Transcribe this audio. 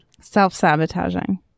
Self-sabotaging